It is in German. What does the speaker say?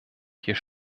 hier